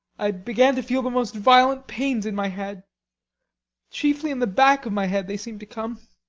i began to feel the most violent pains in my head chiefly in the back of my head, they seemed to come.